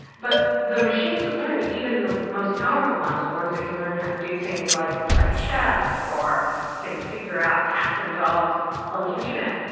but the machines that learn, even the most powerful ones, the ones that can learn how to do things like play chess or can figure out cats and dogs on the internet,